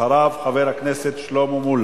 אחריו, חבר הכנסת שלמה מולה,